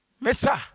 Mister